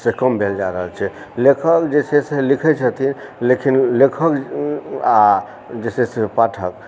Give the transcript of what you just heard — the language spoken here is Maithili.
से कम भेल जाए रहल छै लेखक जे छै से लिखै छथिन लेकिन लेखक आ जे छै से पाठक